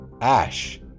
Ash